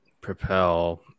propel